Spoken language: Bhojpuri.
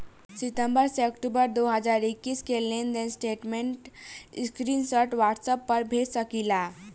सितंबर से अक्टूबर दो हज़ार इक्कीस के लेनदेन स्टेटमेंट के स्क्रीनशाट व्हाट्सएप पर भेज सकीला?